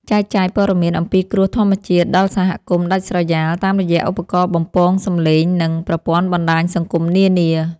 ចែកចាយព័ត៌មានអំពីគ្រោះធម្មជាតិដល់សហគមន៍ដាច់ស្រយាលតាមរយៈឧបករណ៍បំពងសំឡេង និង ប្រព័ន្ធបណ្ដាញសង្គមនានា។